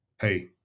Hey